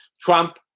Trump